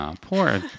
poor